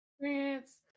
experience